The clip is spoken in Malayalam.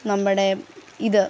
നമ്മുടെ ഇത്